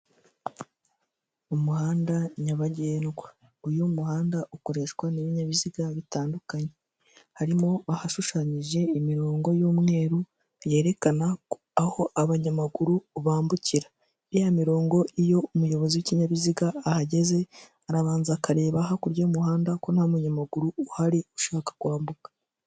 Umuhanda nyabagendwa, uyu muhanda ukoreshwa n'ibinyabiziga bitandukanye, harimo ahashushanyije imirongo y'umweru yerekana aho abanyamaguru bambukira, ya mirongo iyo umuyobozi w'ikinyabiziga ahageze arabanza akareba hakurya y'umuhanda ko nta munyamaguru uhari ushaka kwambuka.